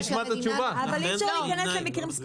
אבל אי אפשר להיכנס למקרים ספציפיים.